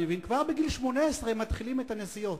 כבר בגיל 18 הם מתחילים את הנסיעות.